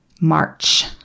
March